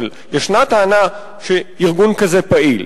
אבל ישנה טענה שארגון כזה פעיל,